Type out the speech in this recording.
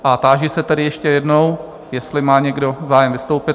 A táži se tedy ještě jednou, jestli má někdo zájem vystoupit?